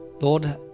Lord